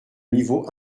niveau